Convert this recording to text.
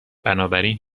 بنابراین